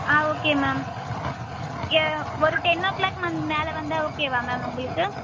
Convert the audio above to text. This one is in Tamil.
ஆ ஓகே மேம் ஒரு டென் ஓ க்ளாக் மேலே வந்தால் ஓகேவா மேம் உங்களுக்கு